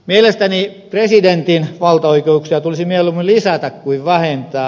mielestäni presidentin valtaoikeuksia tulisi mieluummin lisätä kuin vähentää